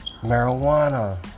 marijuana